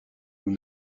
nous